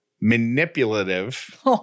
manipulative